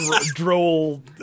droll